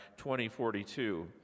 2042